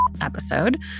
episode